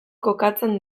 kokatzen